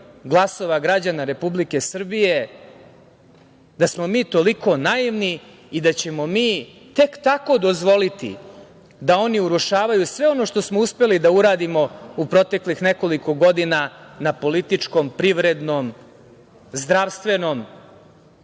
glasova građana Republike Srbije, da smo mi toliko naivni i da ćemo mi tek tako dozvoliti da oni urušavaju sve ono što smo uspeli da uradimo u proteklih nekoliko godina na političkom, privrednom, zdravstvenom,